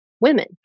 women